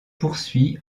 poursuit